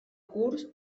curs